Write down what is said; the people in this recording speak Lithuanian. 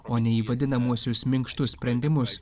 o ne į vadinamuosius minkštus sprendimus